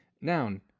Noun